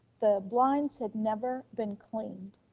the blinds had never been cleaned,